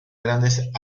grandes